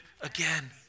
again